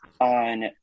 on